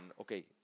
okay